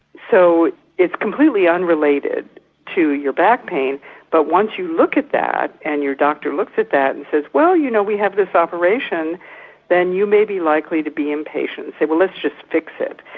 so it's completely unrelated to your back pain but once you look at that and your doctor looks at that and says well, you know we have this operation' then you may be likely to be impatient and say well let's just fix it.